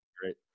great